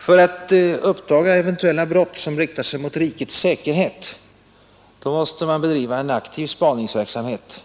För att kunna uppdaga eventuella brott mot rikets säkerhet måste man bedriva en aktiv spaningsverksamhet,